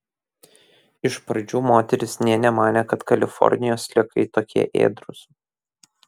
iš pradžių moteris nė nemanė kad kalifornijos sliekai tokie ėdrūs